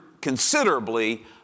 considerably